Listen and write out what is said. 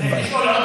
אין בעיה.